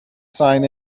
sign